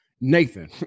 Nathan